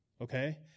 Okay